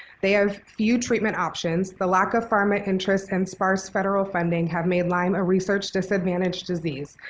they have few treatment options. the lack of pharma interests and sparse federal funding have made lyme a research disadvantaged disease.